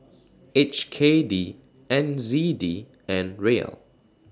H K D N Z D and Riel